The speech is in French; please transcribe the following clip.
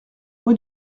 rue